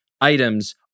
items